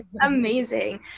amazing